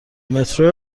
مترو